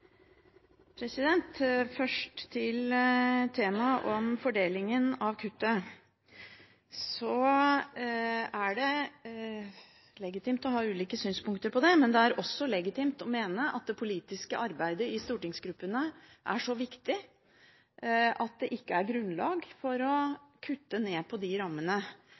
Først til temaet om fordelingen av kuttet. Det er legitimt å ha ulike synspunkter på det, og det er også legitimt å mene at det politiske arbeidet i stortingsgruppene er så viktig at det ikke er grunnlag for å kutte i disse rammene,